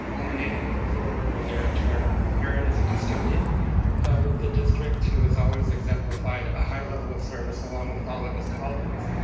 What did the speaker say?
and the name he put forward was aaron turner. aaron turner is a custodian with the district who has always exemplified a high level of service along with all of his colleagues.